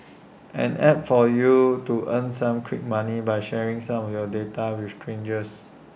an app for you to earn some quick money by sharing some of your data with strangers